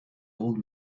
old